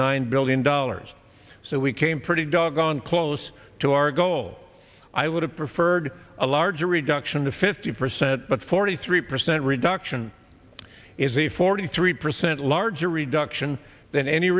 nine billion dollars so we came pretty doggone close to our goal i would have preferred a larger reduction to fifty percent but forty three percent reduction is a forty three percent larger reduction than any